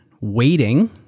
waiting